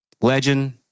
legend